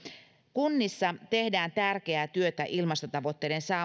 kunnissa tehdään tärkeää työtä ilmastotavoitteiden